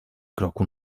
kroku